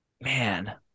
Man